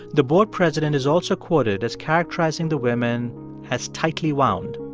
the board president is also quoted as characterizing the women as tightly wound.